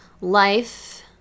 life